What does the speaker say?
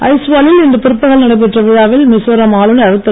அய்ஸ்வா வில் இன்று பிற்பகல் நடைபெற்ற விழாவில் மிசோராம் ஆளுனர் திரு